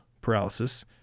paralysis